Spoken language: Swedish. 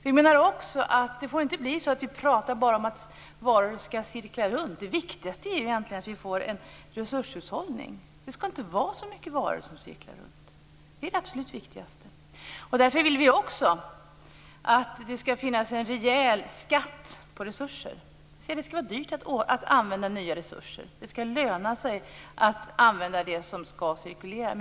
Jag menar också att det inte får bli så att vi bara pratar om att varor skall cirkla runt. Det viktigaste är egentligen att det blir en resurshushållning. Det skall inte vara så mycket varor som cirklar runt - det är det absolut viktigaste. Därför vill vi också att det skall finnas en rejäl skatt på resurser. Det skall vara dyrt att använda nya resurser, och det skall löna sig att använda det som skall cirkulera.